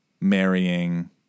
marrying